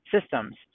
Systems